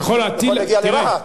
זה יכול להגיע לרהט.